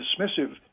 dismissive